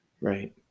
right